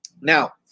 Now